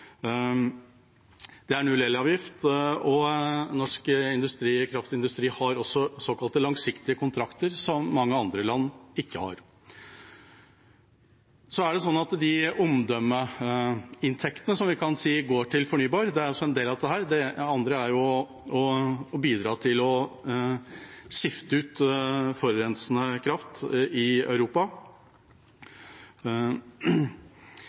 Det er null elavgift, og norsk kraftindustri har også såkalte langsiktige kontrakter som mange andre land ikke har. Omdømmeinntektene som vi kan si går til fornybar, er også en del av dette. Det andre er å bidra til å skifte ut forurensende kraft i Europa.